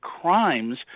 crimes